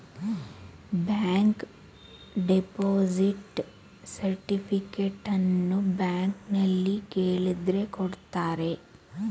bank deposit ಸರ್ಟಿಫಿಕೇಟನ್ನು ಬ್ಯಾಂಕ್ನಲ್ಲಿ ಕೇಳಿದ್ರೆ ಕೊಡ್ತಾರೆ